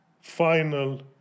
final